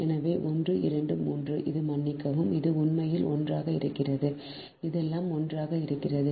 எனவே 1 2 3 இது மன்னிக்கவும் இது உண்மையில் ஒன்றாக இருக்கிறது இதெல்லாம் ஒன்றாக இருக்கிறது